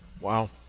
Wow